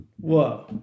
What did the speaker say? Whoa